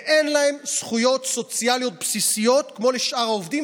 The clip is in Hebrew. אין להם זכויות סוציאליות בסיסיות כמו לשאר העובדים,